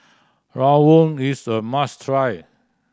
rawon is a must try